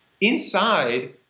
Inside